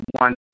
one